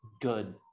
good